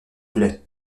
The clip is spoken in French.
plaie